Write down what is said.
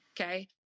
Okay